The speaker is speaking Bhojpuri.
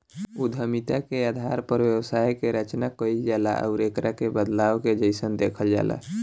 उद्यमिता के आधार पर व्यवसाय के रचना कईल जाला आउर एकरा के बदलाव के जइसन देखल जाला